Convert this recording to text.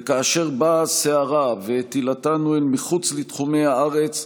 וכאשר באה הסערה והטילתנו אל מחוץ לתחומי הארץ,